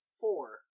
four